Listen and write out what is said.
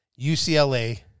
UCLA